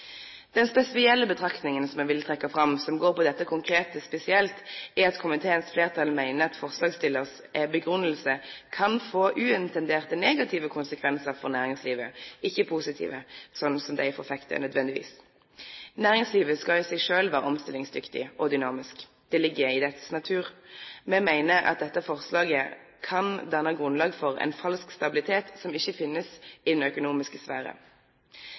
Den spesielle betraktningen som jeg ville trekke fram, som går på dette konkrete forslaget, er at komiteens flertall mener at forslagsstillernes begrunnelse kan få uintenderte negative konsekvenser for næringslivet, ikke nødvendigvis positive, slik de forfekter. Næringslivet skal i seg selv være omstillingsdyktig og dynamisk. Det ligger i dets natur. Vi mener at dette forslaget kan danne grunnlag for en falsk stabilitet som ikke finnes i den økonomiske sfære.